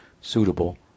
suitable